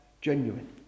Genuine